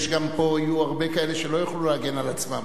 פה יהיו הרבה כאלה שגם לא יוכלו להגן על עצמם.